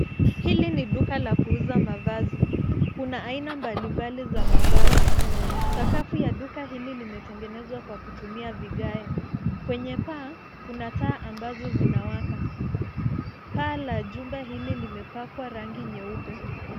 Hili ni duka la kuuza mavazi. Kuna aina mbalimbali za mavazi. Sakafu ya duka hili limetengenezwa kwa kutumia vigae. Kwenye paa, kuna taa ambazo zinawaka. Paa la jumba hili limepakwa rangi nyeupe.